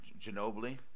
Ginobili